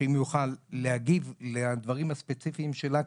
שאם הוא יכול להגיב לדברים הספציפיים שלה.